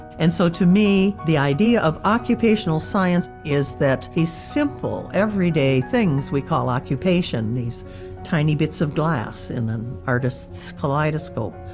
and so to me, the idea of occupational science is that the simple everyday things we call occupation, these tiny bits of glass in an artist's kaleidoscope,